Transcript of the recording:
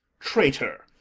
traitor,